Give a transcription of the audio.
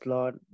Lord